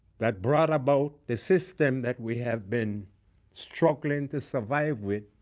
that brought about the system that we have been struggling to survive with